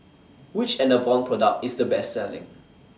Which Enervon Product IS The Best Selling